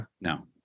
No